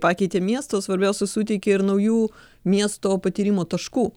pakeitė miestą o svarbiausia suteikė ir naujų miesto patyrimo taškų